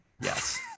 Yes